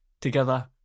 together